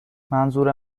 منظور